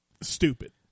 Stupid